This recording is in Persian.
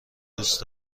دوست